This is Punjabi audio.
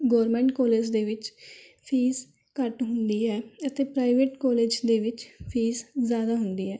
ਗੌਰਮੈਂਟ ਕਾਲਜ ਦੇ ਵਿੱਚ ਫ਼ੀਸ ਘੱਟ ਹੁੰਦੀ ਹੈ ਅਤੇ ਪ੍ਰਾਈਵੇਟ ਕਾਲਜ ਦੇ ਵਿੱਚ ਫ਼ੀਸ ਜ਼ਿਆਦਾ ਹੁੰਦੀ ਹੈ